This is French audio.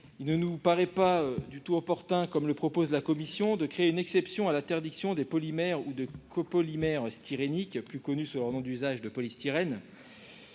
Il ne nous paraît pas opportun, comme le propose la commission, de créer une exception à l'interdiction des polymères ou des copolymères styréniques, plus connus sous leur nom d'usage de polystyrènes.